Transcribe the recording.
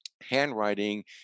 handwriting